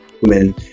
Women